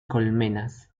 colmenas